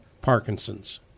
Parkinson's